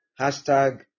Hashtag